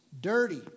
Dirty